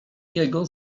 jego